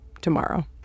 tomorrow